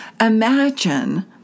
Imagine